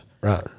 Right